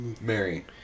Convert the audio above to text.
Mary